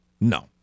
No